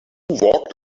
walked